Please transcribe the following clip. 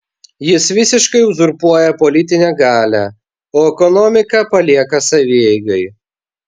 jis visiškai uzurpuoja politinę galią o ekonomiką palieka savieigai